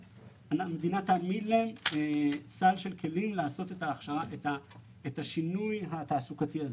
המדינה תעמיד להן סל של כלים לעשות את השינוי התעסוקתי הזה,